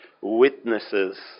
witnesses